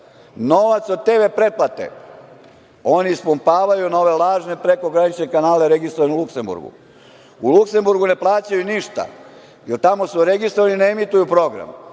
evra. Novac o TV pretplate oni ispumpavaju na ove lažne prekogranične kanale registrovane u Luksemburgu. U Luksemburgu ne plaćaju ništa, jer tamo su registrovani i ne emituju program,